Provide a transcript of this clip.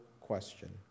question